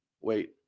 Wait